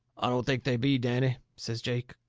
i don't think they be, danny, says jake,